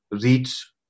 reach